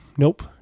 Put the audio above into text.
Nope